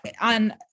on